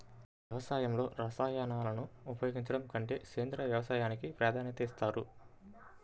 వ్యవసాయంలో రసాయనాలను ఉపయోగించడం కంటే సేంద్రియ వ్యవసాయానికి ప్రాధాన్యత ఇస్తారు